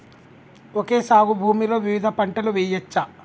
Okay సాగు భూమిలో వివిధ పంటలు వెయ్యచ్చా?